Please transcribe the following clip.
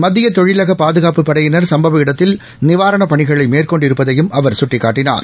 மத்தியதொழிலகபாதுகாட்புப் படையினா் சுப்பவ இடத்தில் நிவாரணப் பணிகளைமேற்கொண்டிருப்பதையும் அவர் சுட்டிக்காட்டினார்